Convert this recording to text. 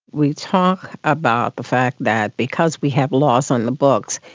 we talk about the fact that because we have laws on the books,